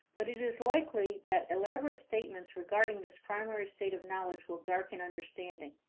but it is likely that elaborate statements regarding this primary stage of knowledge will darken understanding.